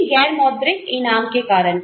इन गैर मौद्रिक इनाम के कारण